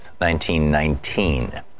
1919